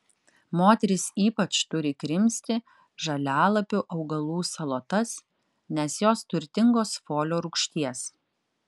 moterys ypač turi krimsti žalialapių augalų salotas nes jos turtingos folio rūgšties